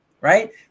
right